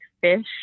fish